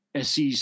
SEC